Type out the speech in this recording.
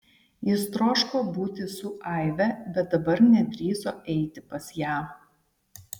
jis troško būti su aive bet dabar nedrįso eiti pas ją